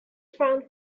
found